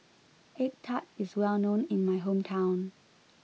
egg Tart is well known in my hometown